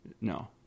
No